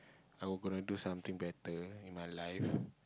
I will gonna do something better in my life